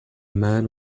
man